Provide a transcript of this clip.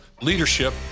Leadership